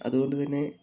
അതുകൊണ്ടു തന്നെ